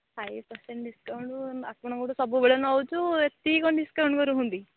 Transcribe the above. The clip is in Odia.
ଫାଇଭ୍ ପରସେଣ୍ଟ୍ ଡିସକାଉଣ୍ଟ୍ ଆପଣଙ୍କଠୁ ସବୁବେଳେ ନେଉଛୁ ଏତିକି କ'ଣ ଡିସକାଉଣ୍ଟ୍ କରୁଛନ୍ତି